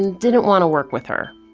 and didn't want to work with her.